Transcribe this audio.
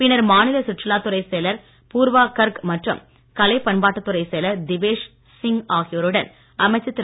பின்னர் மாநில சுற்றுலாத்துறை செயலர் பூர்வா கர்க் மற்றும் கலை பண்பாட்டுத் துறை செயலர் திவேஷ் சிங் ஆகியோருடன் அமைச்சர் திரு